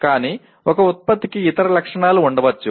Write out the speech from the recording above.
కానీ ఒక ఉత్పత్తికి ఇతర లక్షణాలు ఉండవచ్చు